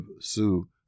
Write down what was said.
Sue